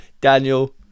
daniel